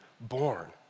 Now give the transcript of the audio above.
born